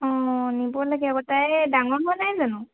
অঁ নিব লাগে আকৌ তাই ডাঙৰ হোৱা নাই জানো